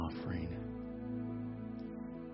offering